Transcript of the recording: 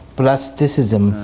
plasticism